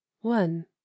one